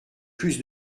plus